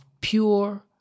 pure